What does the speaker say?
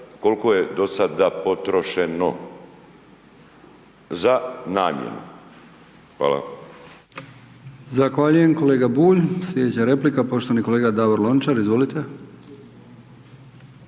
koliko je do sada potrošeno za namjenu? Hvala.